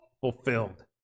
fulfilled